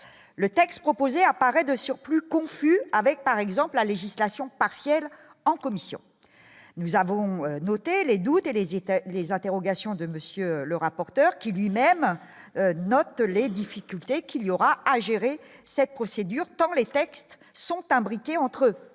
le texte proposé apparaît de surplus confus, avec par exemple la législation partielle en commission, nous avons noté les doutes et les États, les interrogations de monsieur le rapporteur, qui lui-même note les difficultés qu'il y aura à gérer cette procédure tant les textes sont imbriquées entre